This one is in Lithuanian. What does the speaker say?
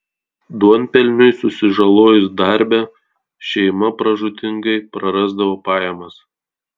duonpelniui susižalojus darbe šeima pražūtingai prarasdavo pajamas